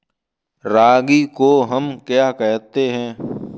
रागी को हम क्या कहते हैं?